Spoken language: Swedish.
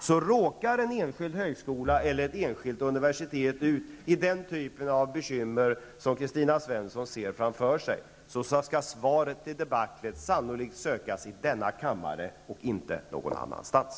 Hamnar en enskild högskola eller ett enskilt universitet i den typ av bekymmer som Kristina Svensson ser framför sig, så skall svaret i debaclet sannolikt sökas i denna kammare och inte någon annanstans.